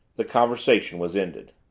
the conversation was ended.